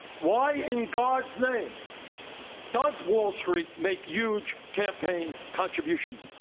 why in god's name does wall street make huge campaign contributions?